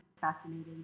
fascinating